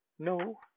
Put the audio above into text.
no